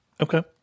Okay